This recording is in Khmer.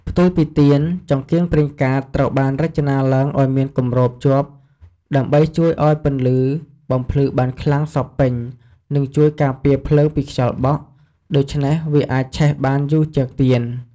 ផ្ទុយពីទៀន ចង្កៀងប្រេងកាតត្រូវបានរចនាឡើងឲ្យមានគម្របជាប់ដើម្បីជួយឲ្យពន្លឺបំភ្លឺបានខ្លាំងសព្វពេញ និងជួយការពារភ្លើងពីខ្យល់បក់ ដូច្នេះវាអាចឆេះបានយូរជាងទៀន។